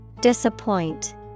Disappoint